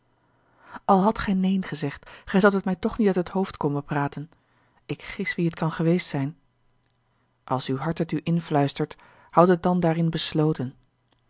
al hadt gij neen gezegd gij zoudt het mij toch niet uit het hoofd konnen praten ik gis wie het kan geweest zijn als uw hart het u influistert houd het dan daarin besloten